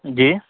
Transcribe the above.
جی